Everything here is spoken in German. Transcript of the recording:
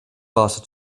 vase